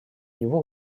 него